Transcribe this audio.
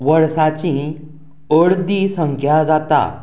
वर्साचीं अर्दी संख्या जाता